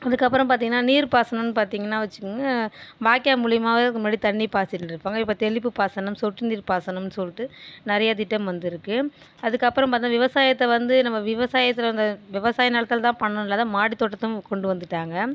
அதுக்கப்புறம் பார்த்தீங்கனா நீர் பாசனோனு பார்த்தீங்கனா வெச்சுக்கங்க வாய்க்கால் மூலிமாவே முன்னாடி தண்ணி பாய்ச்சிருந்துருப்பாங்க இப்போ தெளிப்பு பாசனம் சொட்டு நீர் பாசனம்னு சொல்லிட்டு நிறைய திட்டம் வந்துருக்கு அதுக்கப்புறம் பார்த்தா விவசாயத்தை வந்து நம்ம விவசாயத்தில் இந்த விவசாய நிலத்துல தான் பண்ணனு இல்லாத மாடி தோட்டத்தும் கொண்டு வந்துட்டாங்க